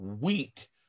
week